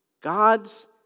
God's